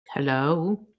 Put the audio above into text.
Hello